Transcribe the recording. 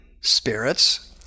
spirits